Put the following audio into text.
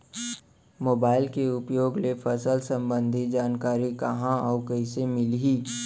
Mobile के उपयोग ले फसल सम्बन्धी जानकारी कहाँ अऊ कइसे मिलही?